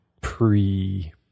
pre